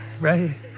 right